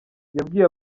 yabwiye